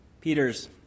Peter's